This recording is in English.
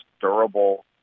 durable